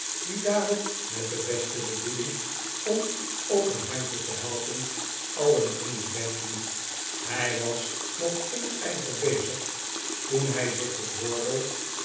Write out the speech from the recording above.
die daarop met de beste bedoeling om ook een handje te helpen alien in den weg liep hij was nog vol ijver bezig toen hij zich door